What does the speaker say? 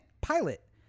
pilot